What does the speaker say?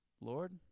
Lord